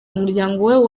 umuryango